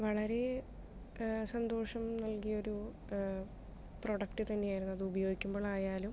വളരെ സന്തോഷം നൽകിയ ഒരു പ്രൊഡക്റ്റ് തന്നെയായിരുന്നു അത് ഉപയോഗിക്കുമ്പോൾ ആയാലും